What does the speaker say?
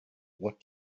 what